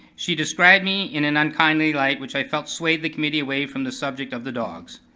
she described me in an unkindly light which i felt swayed the committee away from the subject of the dogs.